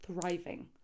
thriving